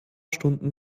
stunden